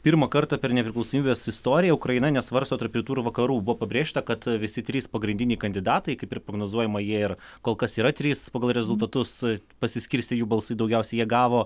pirmą kartą per nepriklausomybės istoriją ukraina nesvarsto tarp rytų ir vakarų buvo pabrėžta kad visi trys pagrindiniai kandidatai kaip ir prognozuojama jie ir kol kas yra trys pagal rezultatus pasiskirstė jų balsai daugiausiai jie gavo